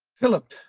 philip,